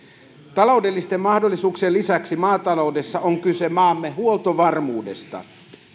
taloudellisten mahdollisuuksien lisäksi maataloudessa on kyse maamme huoltovarmuudesta